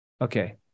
Okay